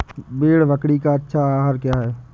भेड़ बकरी का अच्छा आहार क्या है?